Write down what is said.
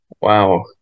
Wow